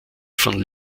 von